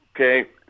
Okay